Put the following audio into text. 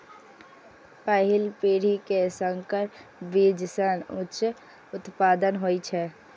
पहिल पीढ़ी के संकर बीज सं उच्च उत्पादन होइ छै